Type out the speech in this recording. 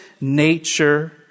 nature